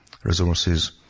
Resources